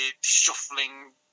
shuffling